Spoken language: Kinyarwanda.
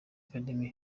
academy